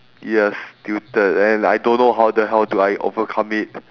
yes tilted and I don't know how the hell do I overcome it